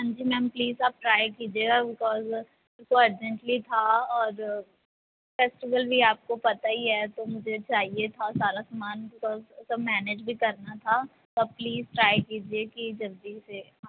ਹਾਂਜੀ ma'am please ਆਪ try ਕੀਜੀਏਗਾ ਵੀਕੋਸ ਮੇਰੇ ਕੋ ਅਰਜੈਂਟਲੀ ਥਾ ਔਰ ਫੈਸਟੀਵਲ ਵੀ ਆਪਕੋ ਪਤਾ ਈ ਐ ਤੋ ਮੁਝੇ ਚਾਹੀਏ ਥਾ ਸਾਰਾ ਸਮਾਨ ਵੀਕੋਸ ਸਬ ਮੈਨੇਜ ਵੀ ਕਰਨਾ ਥਾ ਤੋਂ ਪਲੀਜ਼ ਟਰਾਏ ਕੀਜੀਏ ਕੀ ਜਲਦੀ ਸੇ ਆ ਜਾਏ